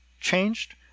changed